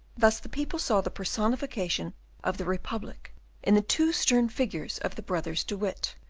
thus the people saw the personification of the republic in the two stern figures of the brothers de witt,